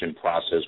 process